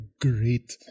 great